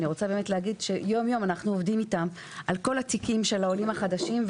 אנחנו עובדים איתם יום יום על כל התיקים של העולים החדשים,